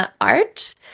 art